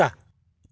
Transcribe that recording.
कुत्ता